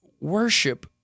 Worship